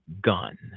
gun